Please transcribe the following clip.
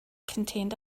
contained